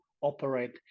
operate